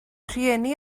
rhieni